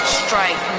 strike